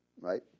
Right